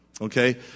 Okay